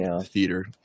theater